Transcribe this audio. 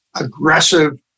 aggressive